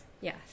yes